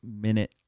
minute